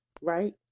right